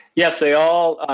yes they all,